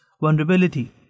vulnerability